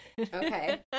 okay